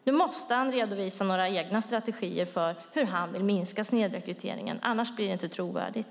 Nu måste han redovisa några egna strategier för hur han vill minska snedrekryteringen. Annars blir det inte trovärdigt.